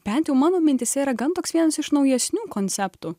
bent jau mano mintyse yra gan toks vienas iš naujesnių konceptų